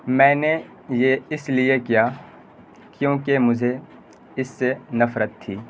میں نے یہ اس لیے کیا کیونکہ مجھے اس سے نفرت تھی